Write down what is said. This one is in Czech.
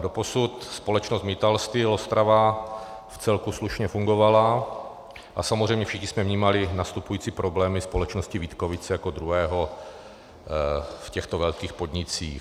Doposud společnost Mittal Steel Ostrava vcelku slušně fungovala a samozřejmě všichni jsme vnímali nastupující problémy společnosti Vítkovice jako druhého v těchto velkých podnicích.